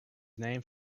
named